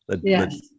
Yes